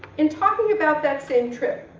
in talking about that same trip,